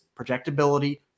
projectability